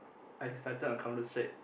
I started on Counterstrike